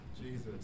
Jesus